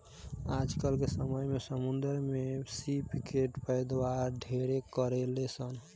आजकल के समय में समुंद्र में सीप के पैदावार ढेरे करेलसन